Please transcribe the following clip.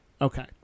Okay